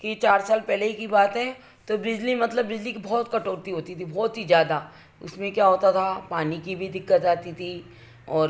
कि चार साल पहले की बात है तो ब्रिजली मतलब बिजली की बहुत कटौती होती थी बहुत ही ज़्यादा उसमें क्या होता था पानी की भी दिक्कत आती थी और